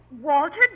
Walter